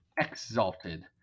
exalted